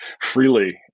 freely